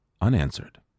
unanswered